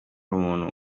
umuntu